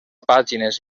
pàgines